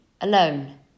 alone